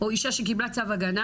או אישה שקיבלה צו הגנה